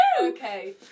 Okay